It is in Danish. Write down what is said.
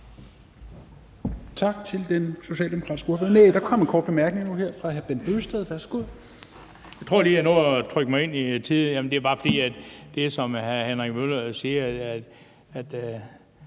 Tak til den socialdemokratiske ordfører – nej, der kom et ønske om en kort bemærkning fra hr. Bent Bøgsted.